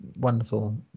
wonderful